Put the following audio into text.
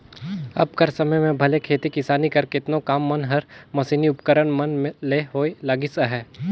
अब कर समे में भले खेती किसानी कर केतनो काम मन हर मसीनी उपकरन मन ले होए लगिस अहे